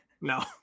No